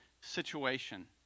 situation